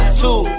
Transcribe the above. two